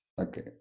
Okay